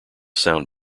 sound